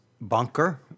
bunker